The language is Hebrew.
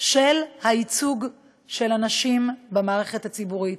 של הייצוג של הנשים במערכת הציבורית.